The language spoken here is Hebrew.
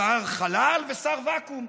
שר חלל ושר ואקום,